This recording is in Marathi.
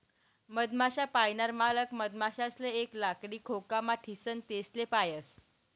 मधमाश्या पायनार मालक मधमाशासले एक लाकडी खोकामा ठीसन तेसले पायस